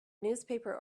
newspaper